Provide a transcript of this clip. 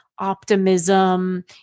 optimism